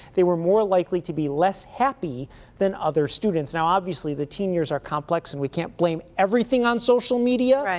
they were more likely to be less happy than other students. you know the teen years are complex and we can't blame everything on social media,